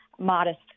modest